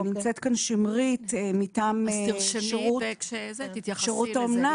נמצאת כאן שמרית מטעם שרות האומנה,